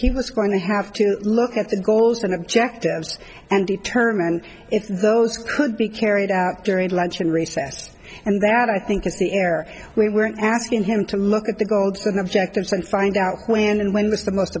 he was going to have to look at the goals and objectives and determine if those could be carried out during lunch and recess and that i think is the air we weren't asking him to look at the goldstone objectives and find out when and when this the most